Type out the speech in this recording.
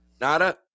Nada